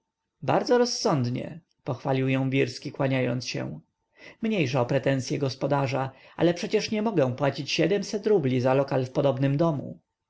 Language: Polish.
bardzo rozsądnie pochwalił ją wirski kłaniając się mniejsza o pretensye gospodarza ale przecież nie mogę płacić rubli za lokal w podobnym domu